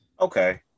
Okay